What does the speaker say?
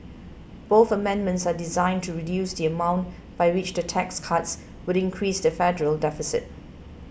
both amendments are designed to reduce the amount by which the tax cuts would increase the federal deficit